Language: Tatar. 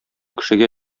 кешегә